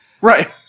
Right